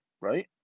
right